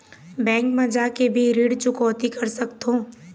Bank मा जाके भी ऋण चुकौती कर सकथों?